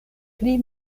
pli